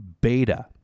beta